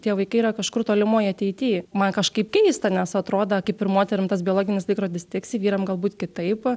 tie vaikai yra kažkur tolimoj ateity man kažkaip keista nes atrodo kaip ir moterim tas biologinis laikrodis tiksi vyram galbūt kitaip